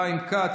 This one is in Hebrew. חיים כץ,